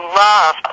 love